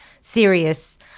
serious